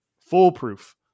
foolproof